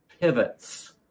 pivots